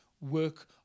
work